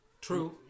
True